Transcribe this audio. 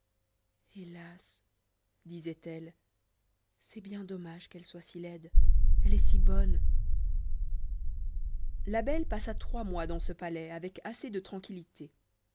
hélas disait-elle c'est bien dommage qu'elle soit si laide elle est si bonne belle passa trois mois dans ce palais avec assez de tranquillité